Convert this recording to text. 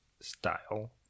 style